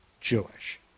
Jewish